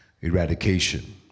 eradication